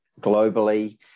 globally